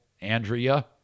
Andrea